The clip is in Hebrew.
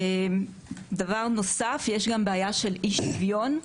דבר נוסף, יש בעיה של אי-שוויון.